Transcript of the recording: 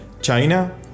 china